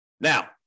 Now